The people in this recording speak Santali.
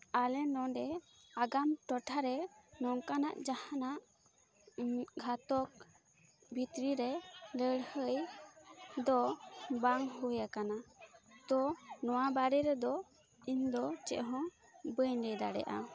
ᱟᱞᱮ ᱱᱚᱰᱮ ᱟᱜᱟᱢ ᱴᱚᱴᱷᱟᱨᱮ ᱱᱚᱝᱠᱟᱱᱟᱜ ᱡᱟᱦᱟᱱᱟᱜ ᱜᱷᱟᱛᱚᱠ ᱵᱷᱤᱛᱨᱤ ᱨᱮ ᱞᱟᱹᱲᱦᱟᱹᱭ ᱫᱚ ᱵᱟᱝ ᱦᱩᱭᱟᱠᱟᱱᱟ ᱛᱚ ᱱᱚᱣᱟ ᱵᱟᱨᱮ ᱨᱮᱫᱚ ᱤᱧ ᱫᱚ ᱪᱮᱫ ᱦᱚᱸ ᱵᱟᱹᱧ ᱞᱟᱹᱭ ᱫᱟᱲᱮᱭᱟᱜᱼᱟ